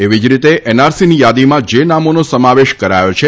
એવી જ રીતે એનઆરસીની યાદીમાં જે નામોનો સમાવેશ કરાયો છે